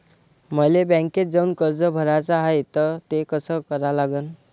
मले बँकेत जाऊन कर्ज भराच हाय त ते कस करा लागन?